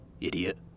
idiot